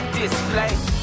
display